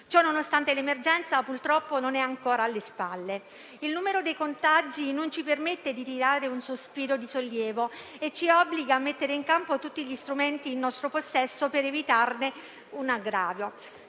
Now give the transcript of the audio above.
Ciononostante, l'emergenza purtroppo non è ancora alle spalle. Il numero dei contagi non ci permette di tirare un sospiro di sollievo e ci obbliga a mettere in campo tutti gli strumenti in nostro possesso per evitare un aggravio.